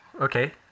Okay